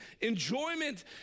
enjoyment